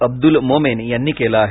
अब्दुल मोमेन यांनी केलं आहे